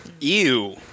Ew